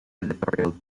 editorial